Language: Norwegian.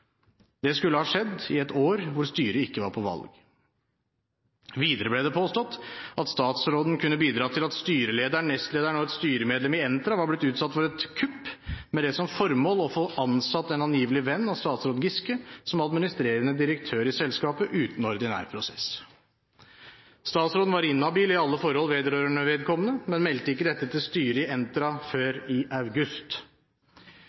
Det skulle ha skjedd i et år hvor styret ikke var på valg. Videre ble det påstått at statsråden kunne bidratt til at styrelederen, nestlederen og et styremedlem i Entra var blitt utsatt for et kupp med det som formål å få ansatt en angivelig venn av statsråd Giske som administrerende direktør i selskapet, uten ordinær prosess. Statsråden var inhabil i alle forhold vedrørende vedkommende, men meldte ikke dette til styret i Entra før i august. Først